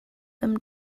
them